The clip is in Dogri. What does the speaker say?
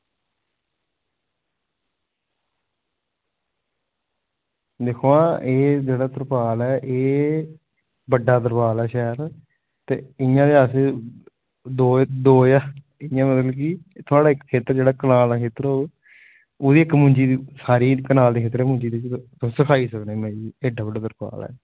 दिक्खो आं एह् जेह्ड़ा तरपाल ऐ एह् बड्डा तरपाल ऐ शैल ते इंया ते अस दौ जां इंया मतलब की थुआढ़ा खेत्तर जेह्ड़ा कनाल दा खेत्तर होग ओह्दी इक्क मुंजी दी कनाल दी मुंजी दी तुस सुकाई सकने एड्डा बड्डा तरपाल ऐ